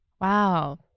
Wow